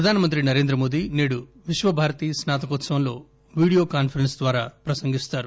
ప్రధానమంత్రి నరేంద్రమోడీ నేడు Visvabharati స్నాతకోత్సవంలో video conference ద్వారా ప్రసంగిస్తారు